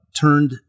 turned